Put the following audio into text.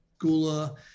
Gula